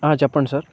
చెప్పండి సార్